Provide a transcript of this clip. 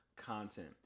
content